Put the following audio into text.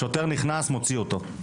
שוטר נכנס, מוציא אותו.